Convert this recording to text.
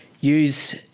use